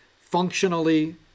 functionally